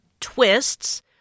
twists